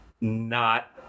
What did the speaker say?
not-